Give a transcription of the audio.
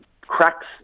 cracks